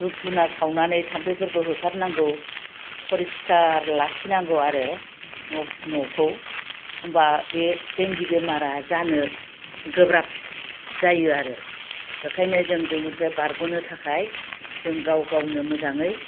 धुप दुना सावनानै थाम्फैफोरखौ होखारनांगौ परिस्खार लाखिनांगौ आरो न'खौ होनबा बे देंगि बेमारा जानो गोब्राब जायो आरो बेनिखायनो जों बेनिफ्राय बारग'नो थाखाय जों गाव गावनो मोजाङै